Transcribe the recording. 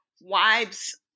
wives